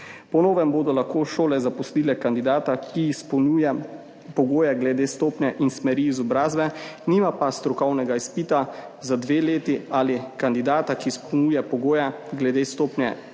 Po novem bodo lahko šole zaposlile kandidata, ki izpolnjuje pogoje glede stopnje in smeri izobrazbe, nima pa strokovnega izpita, za 2 leti, ali kandidata, ki izpolnjuje pogoje glede stopnje